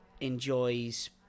enjoys